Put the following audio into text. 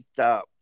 up